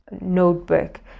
notebook